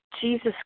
Jesus